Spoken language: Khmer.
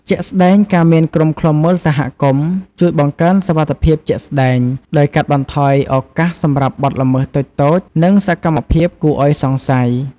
ជាក់ស្តែង ការមានក្រុមឃ្លាំមើលសហគមន៍ជួយ បង្កើនសុវត្ថិភាពជាក់ស្តែង ដោយកាត់បន្ថយឱកាសសម្រាប់បទល្មើសតូចៗ និងសកម្មភាពគួរឱ្យសង្ស័យ។